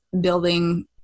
building